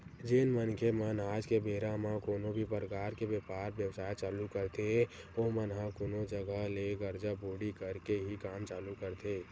जेन मनखे मन आज के बेरा म कोनो भी परकार के बेपार बेवसाय चालू करथे ओमन ह कोनो जघा ले करजा बोड़ी करके ही काम चालू करथे